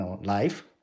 life